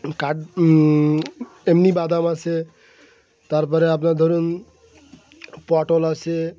কা এমনি বাদাম আছে তারপরে আপনার ধরুন পটল আছে